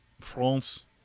France